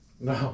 No